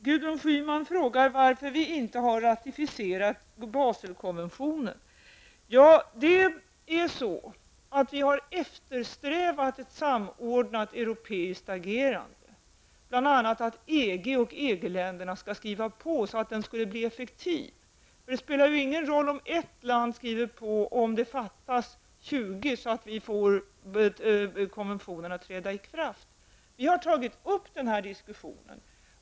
Gudrun Schyman frågar varför vi inte har ratificerat Baselkonventionen. Vi har eftersträvat ett samordnat europeiskt agerande, bl.a. att EG och EG-länderna skall skriva på, så att konventionen blir effektiv. Det spelar ju ingen roll om ett land skriver på, om det ändå fattas 20 för att konventionen skall träda i kraft. Vi har tagit upp den diskussionen.